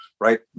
Right